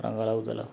నగరం అవతల